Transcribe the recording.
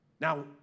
Now